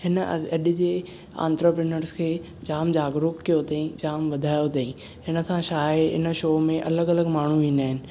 हिन अॼु जे ऑन्ट्र्प्रिन्योर्स खे जाम जागरूक कियो अथईं जाम वधायो अथईं हिन सां छा आहे हिन शो में अलॻि अलॻि माण्हू ईंदा आहिनि